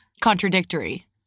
contradictory